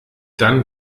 dann